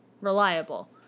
reliable